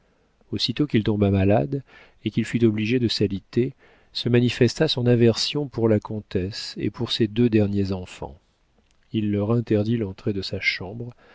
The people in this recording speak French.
aussitôt qu'il tomba malade et qu'il fut obligé de s'aliter se manifesta son aversion pour la comtesse et pour ses deux derniers enfants il leur interdit l'entrée de sa chambre